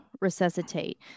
resuscitate